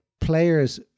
players